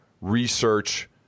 research